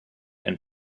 and